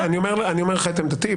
אומר את עמדתי.